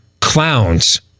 Clowns